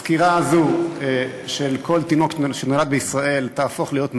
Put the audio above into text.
הסקירה הזו של כל תינוק שנולד בישראל תהפוך להיות מאגר.